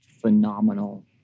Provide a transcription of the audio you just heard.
phenomenal